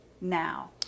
now